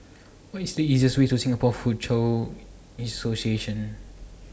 What IS The easiest Way to Singapore Foochow Association